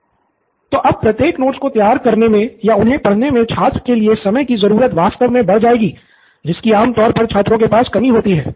pro Bala तो अब प्रत्येक नोट्स को तैयार करने मे या उन्हे पढ़ने मे छात्र के लिए समय की ज़रूरत वास्तव में बढ़ जाएगी जिसकी आमतौर पर छात्रों के पास कमी होती है